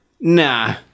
nah